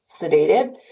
sedated